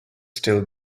still